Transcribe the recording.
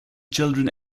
children